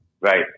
Right